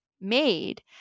made